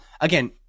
again